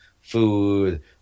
food